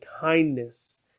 kindness